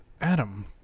Adam